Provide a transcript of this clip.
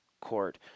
court